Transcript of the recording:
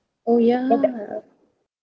oh yeah